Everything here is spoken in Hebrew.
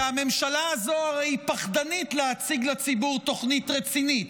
כי הרי הממשלה הזו פחדנית להציג לציבור תוכנית רצינית,